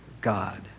God